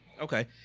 Okay